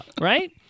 Right